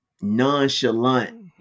nonchalant